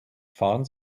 fahren